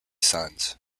sons